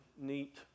neat